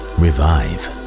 revive